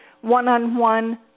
one-on-one